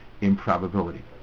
improbability